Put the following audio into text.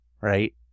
right